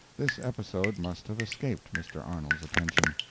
this episode must have escaped mr. arnold's attention.